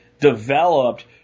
developed